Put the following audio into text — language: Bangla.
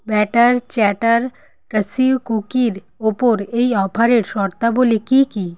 ব্যাটার চ্যাটার ক্যাশিউ কুকির ওপর এই অফারের শর্তাবলী কী কী